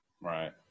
Right